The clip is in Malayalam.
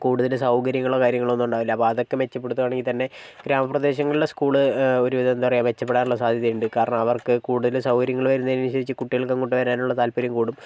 കൂടുതൽ സൗകര്യങ്ങളോ കാര്യങ്ങളോ ഒന്നും ഉണ്ടാകില്ല അപ്പോൾ അതൊക്കെ മെച്ചപ്പെടുത്തുവാണെങ്കിൽ തന്നെ ഗ്രാമപ്രദേശങ്ങളിലെ സ്കൂൾ ഒരുവിധം എന്താ പറയാ മെച്ചപ്പെടാനുള്ള സാധ്യത ഉണ്ട് കാരണം അവർക്കു കൂടുതൽ സൗകര്യങ്ങൾ വരുന്നതിനനുസരിച്ച് കുട്ടികൾക്ക് അങ്ങോട്ട് വരാനുള്ള താൽപ്പര്യം കൂടും